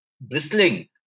bristling